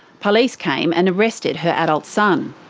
police came and arrested her adult son.